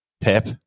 Pep